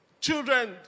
children